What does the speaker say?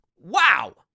Wow